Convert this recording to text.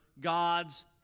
God's